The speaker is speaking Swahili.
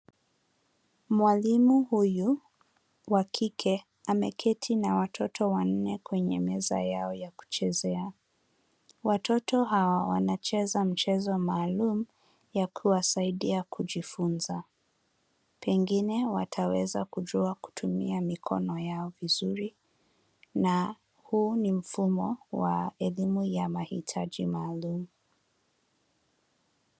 Mwalimu huyu wa kike ameketi na watoto wanne kwenye meza yao ya kuchezea. Watoto hawa wanacheza mchezo maalum ya kuwasaidia kujifunza, pengine wataweza kujua kutumia mikono yao vizuri. Na huu ni mfumo wa elimu ya mahitaji maalum.